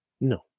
No